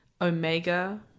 omega